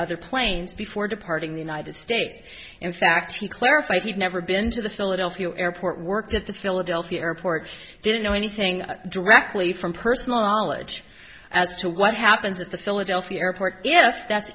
other planes before departing the united states in fact he clarified he had never been to the philadelphia airport worked at the philadelphia airport didn't know anything directly from personal knowledge as to what happens at the philadelphia airport if that's